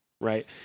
right